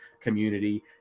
community